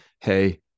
Hey